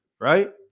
right